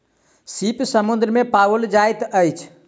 सीप समुद्र में पाओल जाइत अछि